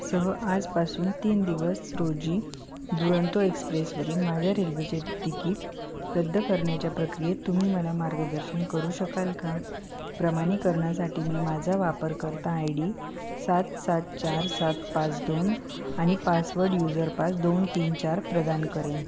सह आजपासून तीन दिवस रोजी दुरंतो एक्सप्रेसवरील माझ्या रेल्वेचे तिकीट रद्द करण्याच्या प्रक्रियेत तुम्ही मला मार्गदर्शन करू शकाल का प्रमाणीकरणासाठी मी माझा वापरकर्ता आय डी सात सात चार सात पाच दोन आणि पासवर्ड यूजरपास दोन तीन चार प्रदान करेन